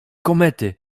komety